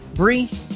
brie